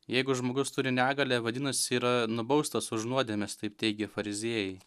jeigu žmogus turi negalią vadinas yra nubaustas už nuodėmes taip teigia fariziejai